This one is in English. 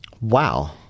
Wow